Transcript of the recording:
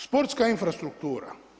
Sportska infrastruktura.